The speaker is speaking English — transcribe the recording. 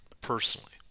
personally